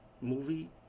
movie